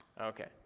Okay